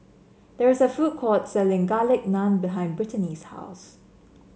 there is a food court selling Garlic Naan behind Brittany's house